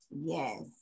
Yes